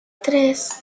tres